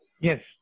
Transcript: Yes